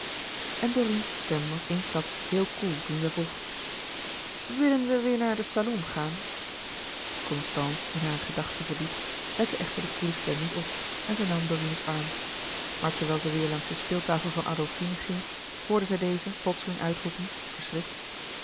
en dorine's stem was eensklaps heel koel toen zij vroeg willen we weêr naar den salon gaan constance in hare gedachte verdiept lette echter de koele stem niet op en zij nam dorine's arm maar terwijl zij weêr langs de speeltafel van adolfine ging hoorde zij deze plotseling uitroepen